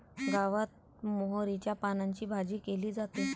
गावात मोहरीच्या पानांची भाजी केली जाते